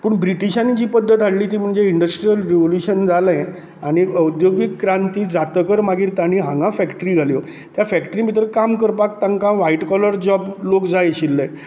पूण ब्रिटीशांनी जी पद्दत हाडली ती म्हणजे इंडस्ट्रियल रेवल्युशन जालें आनी औद्योगीक क्रांती जातगर मागीर तांणी हांगा फेक्ट्री घाल्यो त्या फेक्ट्रीं भितर काम करपाक तांका वायट कॉलर जॉब लोक जाय आशिल्ले